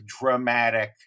dramatic